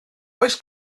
oes